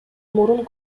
мурун